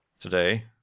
today